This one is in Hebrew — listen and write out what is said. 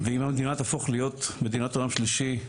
אם המדינה תהפוך להיות מדינת עולם שלישי,